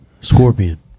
Scorpion